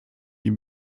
dem